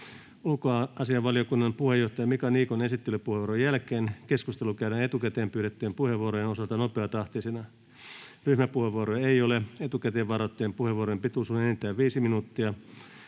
Ulkoasiainvaliokunnan puheenjohtaja Mika Niikon esittelypuheenvuoron jälkeen keskustelu käydään etukäteen pyydettyjen puheenvuorojen osalta nopeatahtisena. Ryhmäpuheenvuoroja ei ole. Etukäteen varattujen puheenvuorojen pituus on enintään 5 minuuttia.